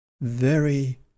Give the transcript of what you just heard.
Very